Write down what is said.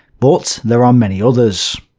but there are many others.